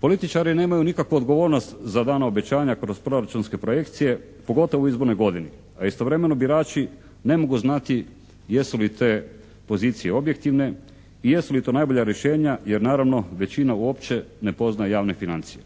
Političari nemaju nikakvu odgovornost za dana obećanja kroz proračunske projekcije pogotovo u izbornoj godini, a istovremeno birači ne mogu znati jesu li te pozicije objektivne i jesu li to najbolja rješenja jer naravno, većina uopće ne poznaje javne financije.